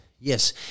Yes